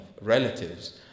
relatives